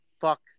Fuck